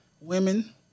women